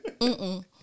Mm-mm